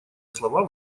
слова